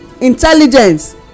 intelligence